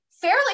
fairly